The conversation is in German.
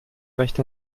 recht